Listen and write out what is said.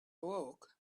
awoke